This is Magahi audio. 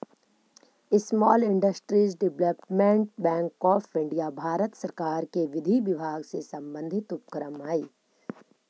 small industries development bank of India भारत सरकार के विधि विभाग से संबंधित उपक्रम हइ